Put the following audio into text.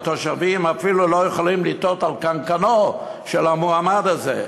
התושבים אפילו לא יכולים לתהות על קנקנו של המועמד הזה.